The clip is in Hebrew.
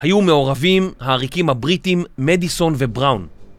איתי זומר חתיך